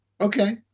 okay